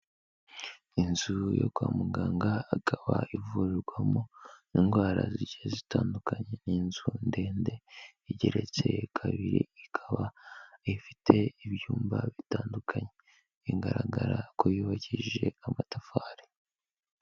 Inzu yo kwa muganga akaba ivurirwamo indwara zigiye zitandukanye, ni inzu ndende igeretse kabiri ikaba ifite ibyumba bitandukanye igaragara ko yubakishije amatafari.